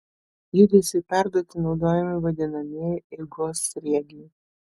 judesiui perduoti naudojami vadinamieji eigos sriegiai